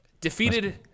Defeated